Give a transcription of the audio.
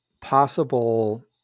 possible